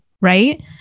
right